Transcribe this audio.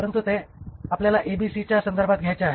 परंतु ते आपल्याला ABC च्या संदर्भात घ्यायचे आहेत